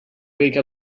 wake